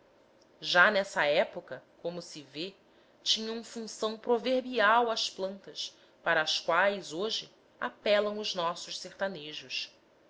já nessa época como se vê tinham função proverbial as plantas para as quais hoje apelam os nossos sertanejos